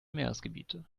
meeresgebiete